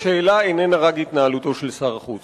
השאלה איננה רק על התנהלותו של שר החוץ.